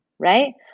Right